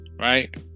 Right